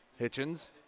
Hitchens